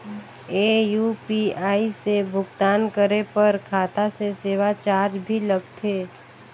ये यू.पी.आई से भुगतान करे पर खाता से सेवा चार्ज भी लगथे?